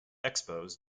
expos